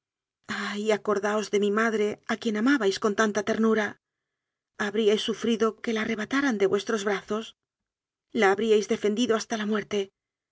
ay acordáos de mi madre a quien amabais con tanta ternura a bríais sufrido que la arrebataran de vuestros bra zos la habríais defendido hasta la muerte